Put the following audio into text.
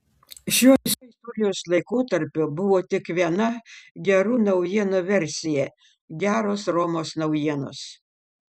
šiuo istorijos laikotarpiu buvo tik viena gerų naujienų versija geros romos naujienos